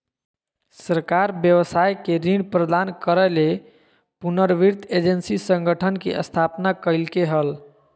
सरकार व्यवसाय के ऋण प्रदान करय ले पुनर्वित्त एजेंसी संगठन के स्थापना कइलके हल